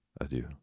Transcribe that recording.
adieu